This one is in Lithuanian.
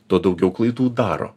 tuo daugiau klaidų daro